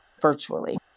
virtually